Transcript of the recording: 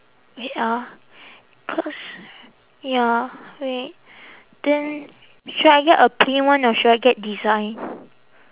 wait ah cause ya wait then should I get a plain one or should I get design